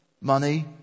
money